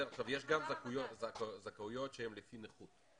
יש גם זכאויות שהן לפי נכות.